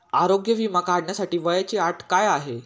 आरोग्य विमा काढण्यासाठी वयाची अट काय आहे?